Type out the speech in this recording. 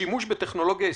"שימוש בטכנולוגיה אזרחית,